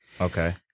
Okay